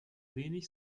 wenig